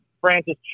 Francis